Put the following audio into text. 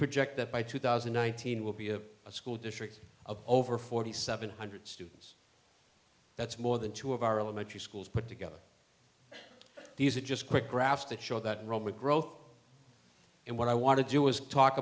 project that by two thousand and nineteen will be of a school district of over forty seven hundred students that's more than two of our elementary schools put together these are just quick graphs that show that roma growth and what i want to do is talk